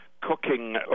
cooking